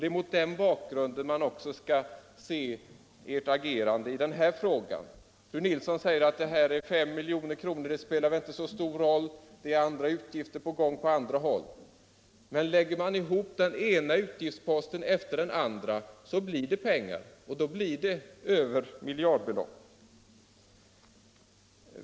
Det är mot den bakgrunden man skall se ert agerande i den här frågan. Fru Nilsson säger att det här gäller 5 milj.kr. och att det beloppet inte spelar så stor roll i jämförelse med de stora utgifterna på andra håll. Men lägger man ihop den ena utgiftsposten med den andra så blir det miljardbelopp.